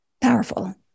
powerful